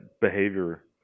behavior